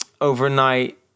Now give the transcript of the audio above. overnight